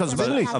תסביר לי.